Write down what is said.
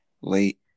late